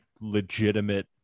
legitimate